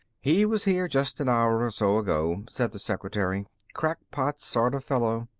he was here just an hour or so ago, said the secretary. crackpot sort of fellow.